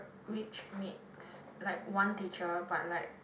which makes like one teacher but like